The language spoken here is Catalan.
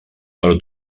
però